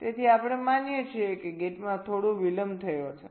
તેથી આપણે માનીએ છીએ કે ગેટમાં થોડો વિલંબ થયો છે